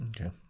Okay